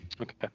Okay